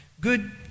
Good